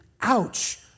ouch